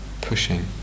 pushing